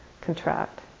contract